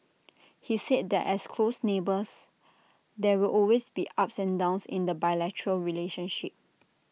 he said that as close neighbours there will always be ups and downs in the bilateral relationship